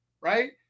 right